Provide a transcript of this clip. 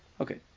Okay